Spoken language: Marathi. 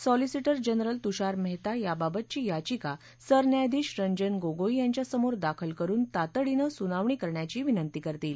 सॉलिसिटर जनरल तुषार मेहता याबाबतची याचिका सरन्यायाधीश रंजन गोगोई यांच्यासमोर दाखल करुन तातडीनं सुनावणी करण्याची विनती करतील